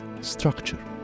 structure